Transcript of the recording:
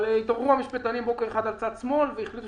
אבל התעוררו המשפטנים בוקר אחד על צד שמאל והחליטו